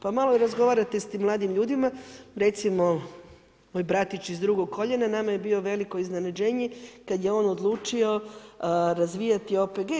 Pa malo razgovarate s tim mladim ljudima, recimo moj bratić iz drugog koljena, nam je bio veliko iznenađenje kad je on odlučio razvijati OPG.